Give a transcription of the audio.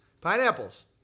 Pineapples